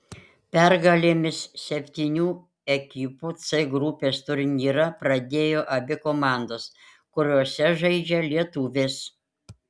pergalėmis septynių ekipų c grupės turnyrą pradėjo abi komandos kuriose žaidžia lietuvės